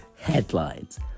headlines